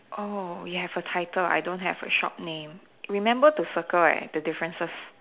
oh you have a title I don't have a shop name remember to circle eh the differences